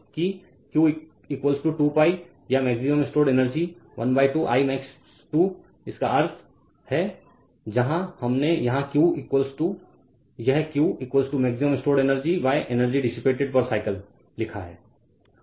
इसलिए कि Q 2 pi यह maximum stored energy 12 I max 2 इसका अर्थ है जहाँ हमने यहाँ q यह Q maximum stored energy energy dissipated per cycle maximum stored energy energy dissipated per cycle लिखा है